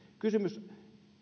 kysymys